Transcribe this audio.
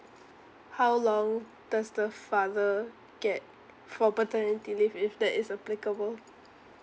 how long does the father get for paternity leave if that is applicable